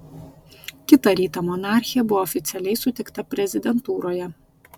kitą rytą monarchė buvo oficialiai sutikta prezidentūroje